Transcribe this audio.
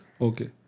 Okay